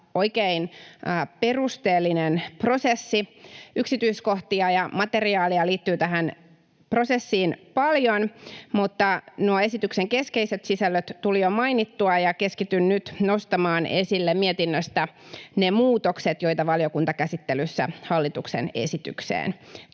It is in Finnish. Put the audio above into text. oikein perusteellinen prosessi. Yksityiskohtia ja materiaalia liittyy tähän prosessiin paljon, mutta nuo esityksen keskeiset sisällöt tulivat jo mainittua, ja keskityn nyt nostamaan esille mietinnöstä ne muutokset, joita valiokuntakäsittelyssä hallituksen esitykseen